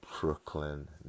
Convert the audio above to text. Brooklyn